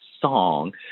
song